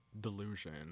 delusion